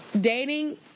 Dating